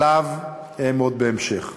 שעליו אעמוד בהמשך.